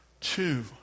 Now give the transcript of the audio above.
two